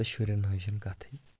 تہٕ شُرٮ۪ن ہٕنٛز چھَنہٕ کَتھٕے